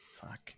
Fuck